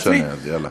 זה לא משנה, יאללה.